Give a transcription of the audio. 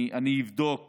אני אבדוק